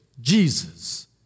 Jesus